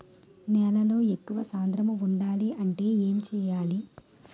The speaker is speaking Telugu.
నేలలో ఎక్కువ సాంద్రము వుండాలి అంటే ఏంటి చేయాలి?